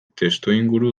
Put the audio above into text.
testuinguru